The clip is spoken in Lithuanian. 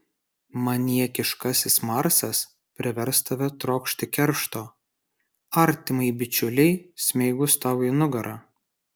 maniakiškasis marsas privers tave trokšti keršto artimai bičiulei smeigus tau į nugarą